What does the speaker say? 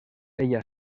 ella